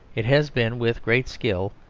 it has been, with great skill,